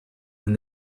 when